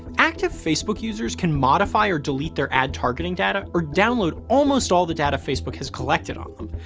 active facebook users can modify or delete their ad targeting data or download almost all the data facebook has collected on them.